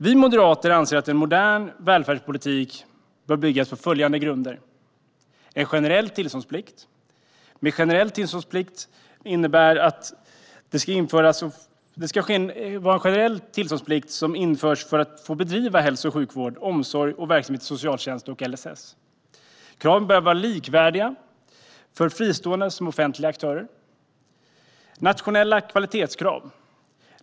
Vi moderater anser att en modern välfärdspolitik bör bygga på följande grunder. Det ska införas en generell tillståndsplikt för att få bedriva hälso och sjukvård, omsorg och verksamhet inom socialtjänst och LSS. Kraven bör vara likvärdiga för fristående och offentliga aktörer. Det ska finnas nationella kvalitetskrav.